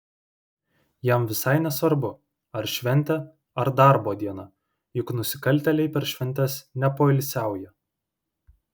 jam visai nesvarbu ar šventė ar darbo diena juk nusikaltėliai per šventes nepoilsiauja